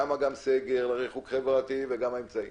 למה גם סגר, ריחוק חברתי וגם האמצעים?